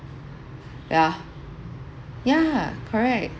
yeah yeah correct